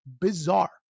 bizarre